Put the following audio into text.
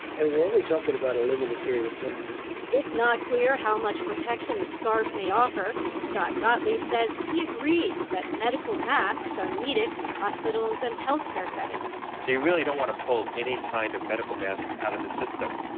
and we're only talking about a limited period of time it's not clear how much protection a scarf may offer. scott gottlieb says he agrees that medical masks are needed in hospitals and health care settings so you really don't want to pull any kind of medical masks out of the system.